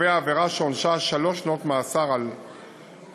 קובע עבירה שעונשה שלוש שנות מאסר להורס,